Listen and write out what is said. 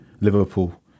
Liverpool